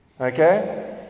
Okay